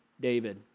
David